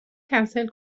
کنسل